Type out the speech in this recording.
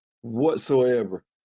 whatsoever